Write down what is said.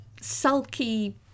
sulky